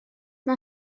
mae